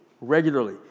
regularly